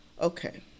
Okay